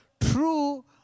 true